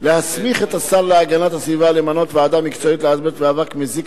להסמיך את השר להגנת הסביבה למנות ועדה מקצועית לאזבסט ואבק מזיק,